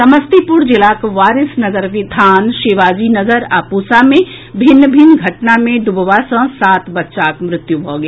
समस्तीपुर जिलाक वारिसनगर विथान शिवाजी नगर आ पूसा मे भिन्न भिन्न घटना मे डूबबा सॅ सात बच्चाक मृत्यु भऽ गेल